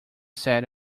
said